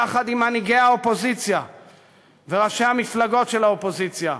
יחד עם מנהיגי האופוזיציה וראשי המפלגות של האופוזיציה,